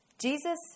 Jesus